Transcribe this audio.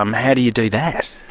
um how do you do that?